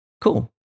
cool